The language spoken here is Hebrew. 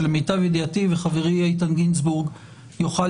שלמיטב ידיעתי וחברי איתן גינזבורג יוכל